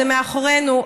זה מאחורינו,